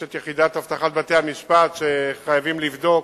יש יחידת אבטחת בתי-המשפט, וחייבים לבדוק,